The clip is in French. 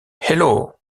hello